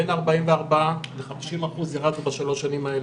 בין ארבעים וארבעה לחמישים אחוז ירדנו בשלוש שנים האלה.